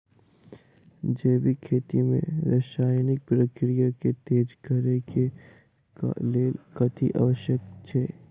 जैविक खेती मे रासायनिक प्रक्रिया केँ तेज करै केँ कऽ लेल कथी आवश्यक छै?